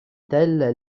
telle